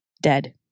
Dead